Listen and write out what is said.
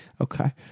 Okay